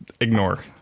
ignore